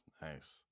nice